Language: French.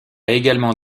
également